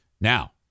Now